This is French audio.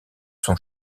son